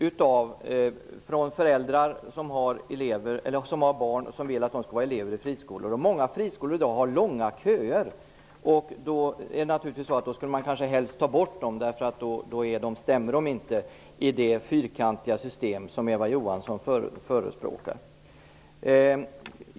Det finns föräldrar som vill att deras barn skall vara elever i friskolor. Många friskolor har i dag långa köer. Men de skulle väl helst tas bort, då de inte stämmer med det fyrkantiga system som Eva Johansson förespråkar.